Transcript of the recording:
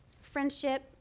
friendship